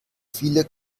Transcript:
viele